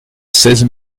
seize